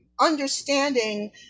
understanding